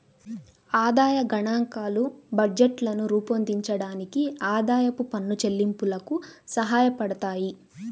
ఆదాయ గణాంకాలు బడ్జెట్లను రూపొందించడానికి, ఆదాయపు పన్ను చెల్లింపులకు సహాయపడతాయి